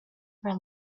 for